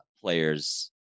players